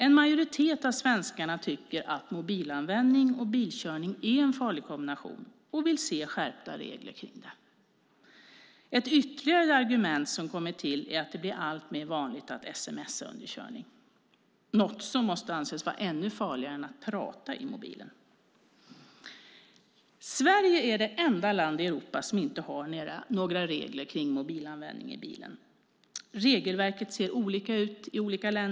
En majoritet av svenskarna tycker att mobilanvändning och bilkörning är en farlig kombination och vill se skärpta regler om det. Ett argument som kommit till är att det blir alltmer vanligt att sms:a under körning, något som måste anses vara ännu farligare än att prata i mobilen. Sverige är enda landet i Europa som inte har regler om mobilanvändning i bil. Regelverken i olika länder ser olika ut.